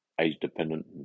age-dependent